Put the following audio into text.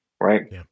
Right